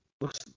Looks